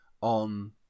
on